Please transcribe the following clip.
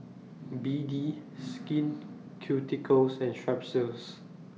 B D Skin Ceuticals and Strepsils